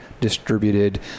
distributed